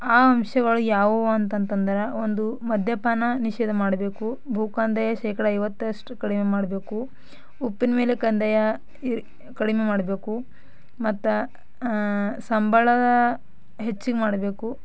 ಆ ಅಂಶಗಳು ಯಾವುವು ಅಂತಂತಂದ್ರೆ ಒಂದು ಮದ್ಯಪಾನ ನಿಷೇಧ ಮಾಡಬೇಕು ಭೂ ಕಂದಾಯ ಶೇಕಡ ಐವತ್ತರಷ್ಟು ಕಡಿಮೆ ಮಾಡಬೇಕು ಉಪ್ಪಿನಮೇಲೆ ಕಂದಾಯ ಈ ಕಡಿಮೆ ಮಾಡಬೇಕು ಮತ್ತು ಸಂಬಳ ಹೆಚ್ಚಿಗೆ ಮಾಡಬೇಕು